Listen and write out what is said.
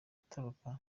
atoroka